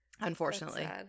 unfortunately